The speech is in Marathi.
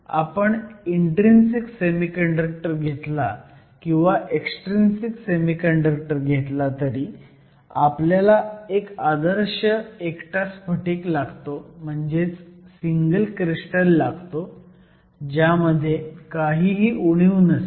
आपण इन्ट्रीन्सिक सेमीकंडक्टर घेतला किंवा एक्सट्रिंसिक सेमीकंडक्टर घेतला तरी आपल्याला एक आदर्श एकटा स्फटिक लागतो ज्यामध्ये काहीही उणीव नसेल